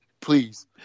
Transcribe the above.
Please